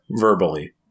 verbally